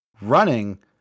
running